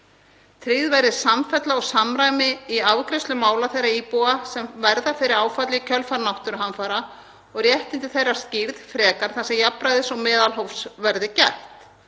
Tryggð verði samfella og samræmi í afgreiðslu mála þeirra íbúa sem verða fyrir áfalli í kjölfar náttúruhamfara og réttindi þeirra skýrð frekar þar sem jafnræðis og meðalhófs verður gætt.